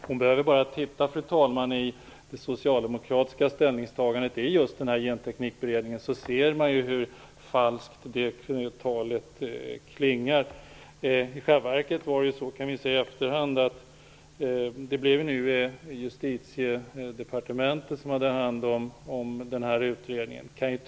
Hon behöver bara se på det socialdemokratiska ställningstagandet i Genteknikberedningen för att se hur falskt detta tal klingar. I själva verket var det Justitiedepartementet som hade hand om utredningen. Det ser vi nu i efterhand.